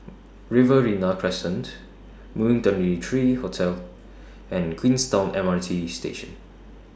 Riverina Crescent Moon twenty three Hotel and Queenstown M R T Station